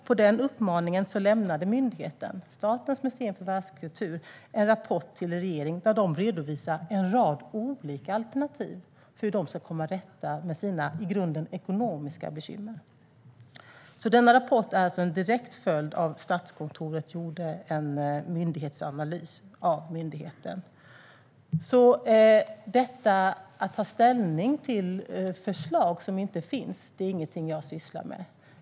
På den uppmaningen lämnade myndigheten - Statens museer för världskultur - en rapport till regeringen där de redovisar en rad olika alternativ för hur de ska komma till rätta med sina i grunden ekonomiska bekymmer. Denna rapport är alltså en direkt följd av att Statskontoret gjorde en myndighetsanalys. Att ta ställning till förslag som inte finns är ingenting som jag sysslar med.